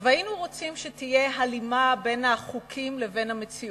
היינו רוצים שתהיה הלימה בין החוקים לבין המציאות,